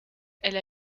elle